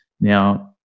now